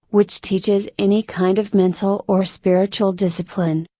which teaches any kind of mental or spiritual discipline,